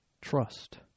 trust